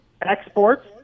Exports